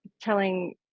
telling